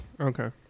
Okay